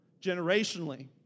generationally